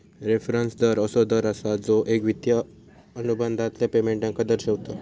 reference दर असो दर असा जो एक वित्तिय अनुबंधातल्या पेमेंटका दर्शवता